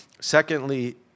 Secondly